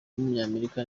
w’umunyamerika